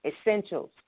essentials